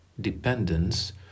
dependence